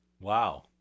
Wow